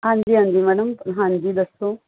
ਹਾਂਜੀ ਹਾਂਜੀ ਮੈਡਮ ਹਾਂਜੀ ਦੱਸੋ